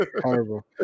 horrible